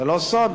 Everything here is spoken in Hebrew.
זה לא סוד.